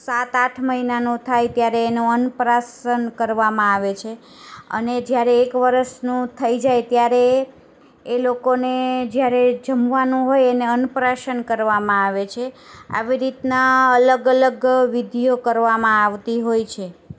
સાત આઠ મહિનાનો થાય ત્યારે એનો અનપ્રાસન કરવામાં આવે છે અને જ્યારે એક વર્ષનું થઇ જાય ત્યારે એ લોકોને જ્યારે જમવાનું હોય એને અનપ્રાસન કરવામાં આવે છે આવી રીતના અલગ અલગ વિધિઓ કરવામાં આવતી હોય છે